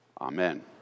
Amen